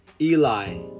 eli